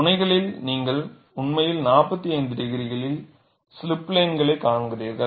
முனைகளில் நீங்கள் உண்மையில் 45 டிகிரியில் ஸ்லிப் பிளேன் களைக் காண்கிறீர்கள்